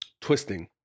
twisting